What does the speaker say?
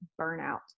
burnout